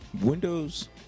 Windows